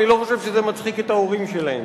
ואני לא חושב שזה מצחיק את ההורים שלהם.